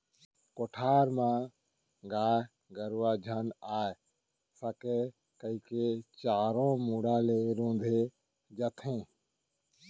कोठार म गाय गरूवा झन आ सकय कइके चारों मुड़ा ले रूंथे जाथे